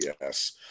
Yes